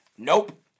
Nope